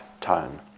tone